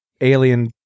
alien